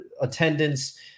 attendance